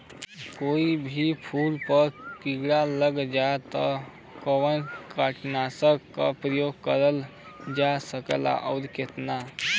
कोई भी फूल पर कीड़ा लग जाला त कवन कीटनाशक क प्रयोग करल जा सकेला और कितना?